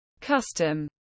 Custom